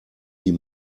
die